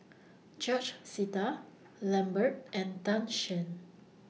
George Sita Lambert and Tan Shen